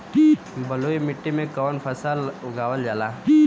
बलुई मिट्टी में कवन फसल उगावल जाला?